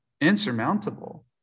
insurmountable